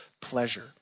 pleasure